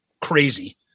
crazy